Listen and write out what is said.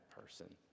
person